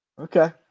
Okay